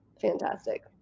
fantastic